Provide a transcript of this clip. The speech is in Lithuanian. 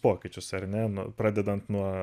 pokyčius ar ne nu pradedant nuo